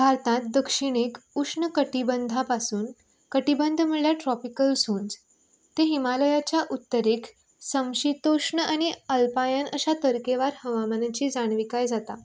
भारतांत दक्षिणेक उश्ण कठिबंदा पासून कठिबंद म्हळ्यार ट्रोपिकल सोर्स ती हिमालयाच्या उत्तेरक संम्सीतोश्ण आनी अल्पायन अश्या तरकेवार हवामानाची जाणविकाय जाता